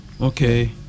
Okay